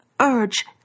urge